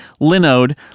Linode